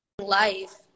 life